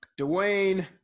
Dwayne